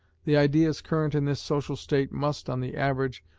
the ideas current in this social state must, on the average,